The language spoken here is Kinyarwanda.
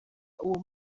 uwo